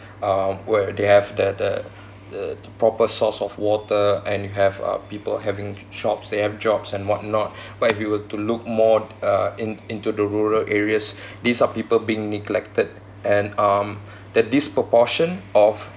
um where they have the the the the proper source of water and have uh people having shops they have jobs and whatnot but if you were to look more uh in into the rural areas these are people being neglected and um that this proportion of